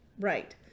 Right